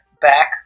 back